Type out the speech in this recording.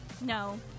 No